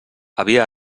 havia